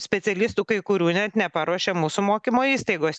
specialistų kai kurių net neparuošia mūsų mokymo įstaigos